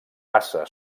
passa